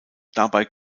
dabei